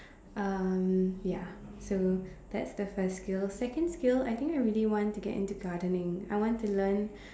um ya so that's the first skill second skill I think I really want to get into gardening I want to learn